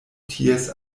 ties